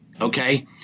Okay